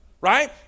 right